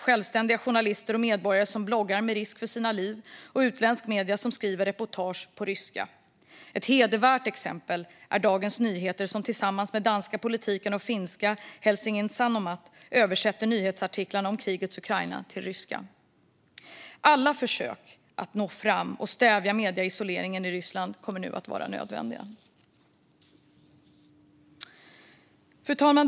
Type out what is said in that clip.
Självständiga journalister och medborgare bloggar med risk för sina liv, och utländska medier skriver reportage på ryska. Ett hedervärt exempel är Dagens Nyheter som tillsammans med danska Politiken och finska Helsingin Sanomat översätter nyhetsartiklarna om krigets Ukraina till ryska. Alla försök att nå fram och för att stävja medieisoleringen i Ryssland kommer att vara nödvändiga. Fru talman!